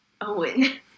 Owen